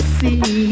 see